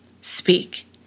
speak